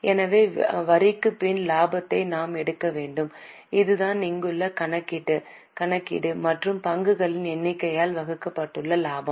எனவே வரிக்குப் பின் இலாபத்தை நாம் எடுக்க வேண்டும் அதுதான் இங்குள்ள கணக்கீடு மற்றும் பங்குகளின் எண்ணிக்கையால் வகுக்கப்பட்டுள்ள லாபம்